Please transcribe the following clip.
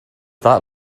that